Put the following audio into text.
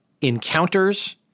encounters